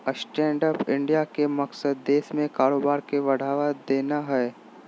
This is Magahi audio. स्टैंडअप इंडिया के मकसद देश में कारोबार के बढ़ावा देना हइ